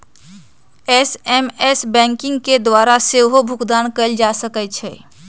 SMS banking के द्वारा सेहो भुगतान कएल जा सकै छै